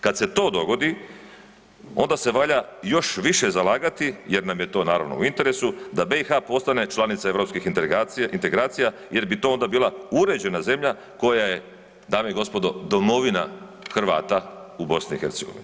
Kada se to dogodi onda se valja još više zalagati jer nam je to naravno u interesu da BiH postane članica europskih integracija jer bi to onda bila uređena zemlja koja je dame i gospodo domovina Hrvata u BiH.